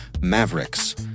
Mavericks